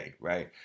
right